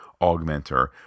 augmenter